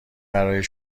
برای